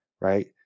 right